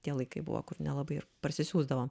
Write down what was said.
tie laikai buvo nelabai ir parsisiųsdavom